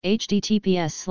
https